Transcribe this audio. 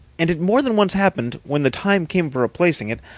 and it more than once happened, when the time came for replacing it,